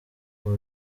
ubu